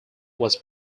was